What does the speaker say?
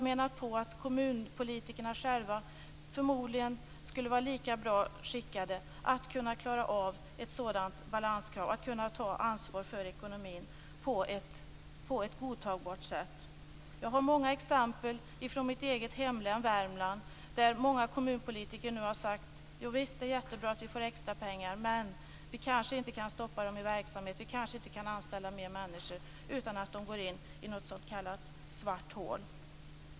Vi menar att kommunpolitikerna själva förmodligen skulle vara lika väl skickade att klara av ett sådant balanskrav, dvs. att ta ansvar för ekonomin på ett godtagbart sätt. Jag har många exempel från mitt eget hemlän Värmland, där många kommunpolitiker nu har sagt: Det är jättebra att vi får extrapengar, men vi kan kanske inte anställa fler människor, utan pengarna går in i något s.k. svart hål.